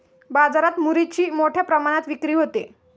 बाजारात मुरीची मोठ्या प्रमाणात विक्री होते